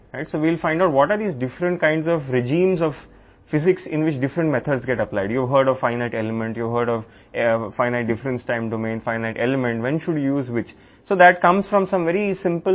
కాబట్టి వివిధ పద్ధతులు వర్తింపజేయబడే వివిధ రకాల భౌతిక విధానాలు ఏమిటో మనం కనుగొంటాము మీరు పైనేట్ ఎలిమెంట్ గురించి విన్నారు పరిమిత వ్యత్యాసం టైమ్ డొమైన్ పైనేట్ ఎలిమెంట్ ఎప్పుడు ఉపయోగించాలో మీరు చూశారు